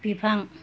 बिफां